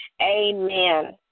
Amen